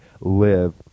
live